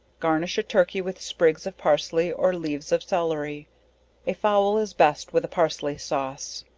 garnish a turkey with sprigs of parsley or leaves of cellery a fowl is best with a parsley sauce.